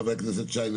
חבר הכנסת שיין,